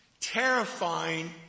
terrifying